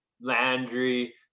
Landry